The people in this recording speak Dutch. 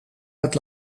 het